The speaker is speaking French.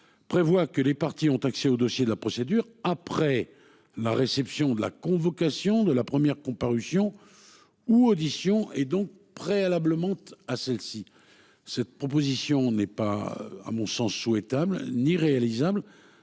prévoit que les parties ont accès au dossier de la procédure après la réception de la convocation de la première comparution ou audition et donc préalablement à celle-ci. À mon sens, une telle disposition n'est ni souhaitable ni réalisable,